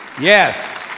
Yes